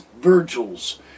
Virgil's